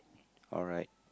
alright